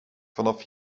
vanaf